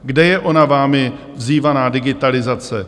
Kde je ona vámi vzývaná digitalizace?